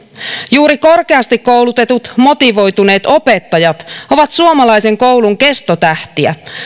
juuri korkeasti koulutetut motivoituneet opettajat ovat suomalaisen koulun kestotähtiä